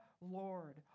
Lord